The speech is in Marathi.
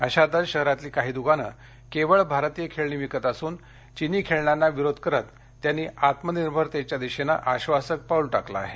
अशातच शहरातली काही द्कानं फक्त भारतीय खेळणी विकत असुन चीनी खेळण्यांना विरोध करत त्यांनी आत्मनिर्भरतेच्या दिशेनं आश्वासक पाऊल टाकलं आहे